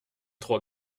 trois